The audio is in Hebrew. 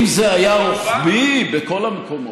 אם זה היה רוחבי בכל המקומות,